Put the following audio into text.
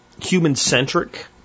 human-centric